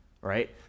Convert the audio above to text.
right